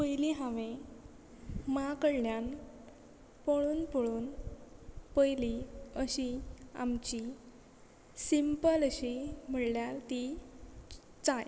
पयली हांवे माँ कडल्यान पळोवन पळोवन पयली अशी आमची सिंपल अशी म्हणल्यार ती चाय